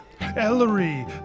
Ellery